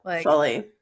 Fully